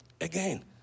Again